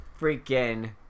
freaking